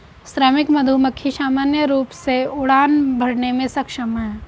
श्रमिक मधुमक्खी सामान्य रूप से उड़ान भरने में सक्षम हैं